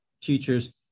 teachers